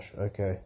Okay